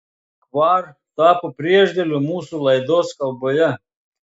kvar tapo priešdėliu mūsų laidos kalboje